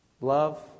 love